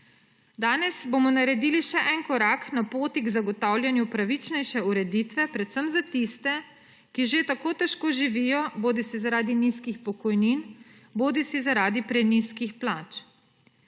Danes bomo naredili še en korak na poti k zagotavljanju pravičnejše ureditve predvsem za tiste, ki že tako težko živijo bodisi zaradi nizkih pokojnin bodisi zaradi prenizkih plač.